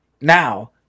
now